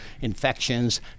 infections